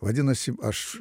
vadinasi aš